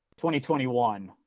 2021